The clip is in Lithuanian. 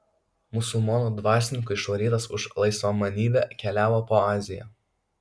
musulmonų dvasininkų išvarytas už laisvamanybę keliavo po aziją